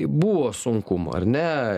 buvo sunkumų ar ne